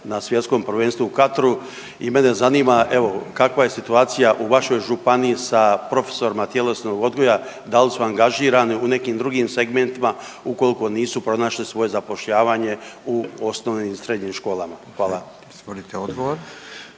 na Svjetskom prvenstvu u Katru. I mene zanima kakva je situacija u vašoj županiji sa profesorima tjelesnog odgoja, da li su angažirani u nekim drugim segmentima ukoliko nisu pronašli svoje zapošljavanje u osnovnim i srednjim školama? Hvala.